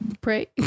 pray